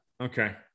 Okay